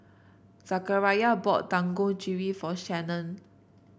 Zechariah bought Dangojiru for Shannan